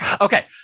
Okay